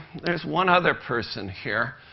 there's one other person here.